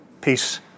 Peace